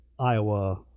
iowa